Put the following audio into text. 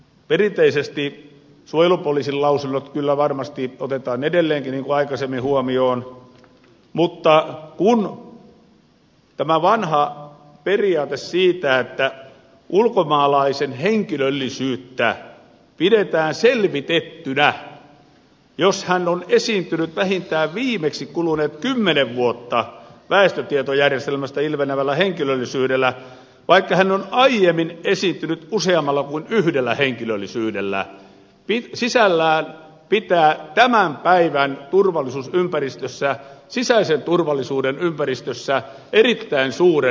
nimittäin suojelupoliisin lausunnot kyllä varmasti otetaan edelleenkin niin kuin aikaisemmin huomioon mutta tämä vanha periaate siitä että ulkomaalaisen henkilöllisyyttä pidetään selvitettynä jos hän on esiintynyt vähintään viimeksi kuluneet kymmenen vuotta väestötietojärjestelmästä ilmenevällä henkilöllisyydellä vaikka hän on aiemmin esiintynyt useammalla kuin yhdellä henkilöllisyydellä pitää sisällään tämän päivän turvallisuusympäristössä sisäisen turvallisuuden ympäristössä erittäin suuren vaaratekijän